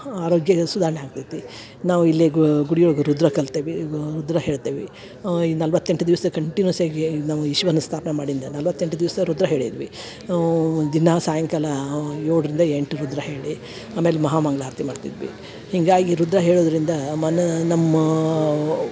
ಆರೋಗ್ಯ ಸುಧಾರಣೆ ಆಗ್ತೈತಿ ನಾವು ಇಲ್ಲೆ ಗುಡಿಯೊಳ್ಗ ರುದ್ರ ಕಲ್ತೇವಿ ಗ ರುದ್ರ ಹೇಳ್ತೇವಿ ಈ ನಲವತ್ತೆಂಟು ದಿವಸ ಕಂಟಿನ್ಯೂಸ್ಸಾಗಿ ಈಗ ನಾವು ಈಶ್ವರನ ಸ್ಥಾಪನ ಮಾಡಿಂದ ನಲವತ್ತೆಂಟು ದಿವಸ ರುದ್ರ ಹೇಳಿದ್ವಿ ದಿನ ಸಾಯಂಕಾಲ ಏಳರಿಂದ ಎಂಟು ರುದ್ರ ಹೇಳಿ ಆಮೇಲೆ ಮಹಾ ಮಂಗ್ಳಾರತಿ ಮಾಡ್ತಿದ್ವಿ ಹೀಗಾಗಿ ರುದ್ರ ಹೇಳೊದರಿಂದ ಮನ್ ನಮ್ಮ